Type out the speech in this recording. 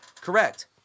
correct